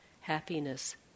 happiness